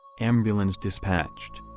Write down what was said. ambulance dispatched.